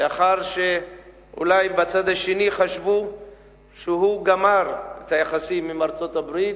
לאחר שאולי בצד השני חשבו שהוא גמר את היחסים עם ארצות-הברית.